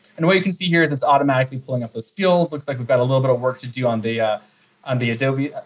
and what you can see here is it's automatically pulling up those fields. looks like we've got a little bit of work to do on the ah on the adobe.